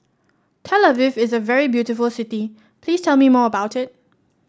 Tel Aviv is a very beautiful city please tell me more about it